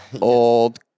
old